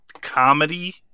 comedy